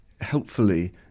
helpfully